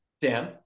Dan